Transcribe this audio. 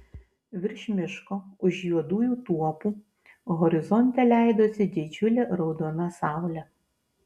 virš miško už juodųjų tuopų horizonte leidosi didžiulė raudona saulė